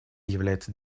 является